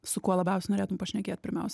su kuo labiausiai norėtum pašnekėt pirmiausia